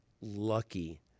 lucky